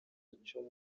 cyo